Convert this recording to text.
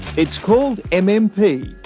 it's called and and mmp,